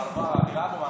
חבריי חברי